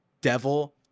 devil